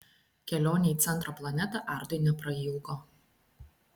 kelionė į centro planetą ardui neprailgo